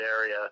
area